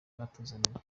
batuzaniye